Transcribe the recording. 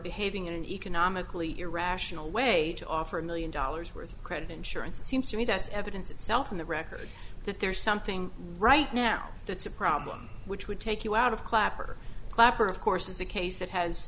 behaving in an economically irrational way to offer a million dollars worth of credit insurance it seems to me that's evidence itself in the record that there's something right now that's a problem which would take you out of clapper clapper of course is a case that has